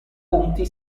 punti